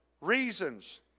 reasons